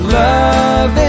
love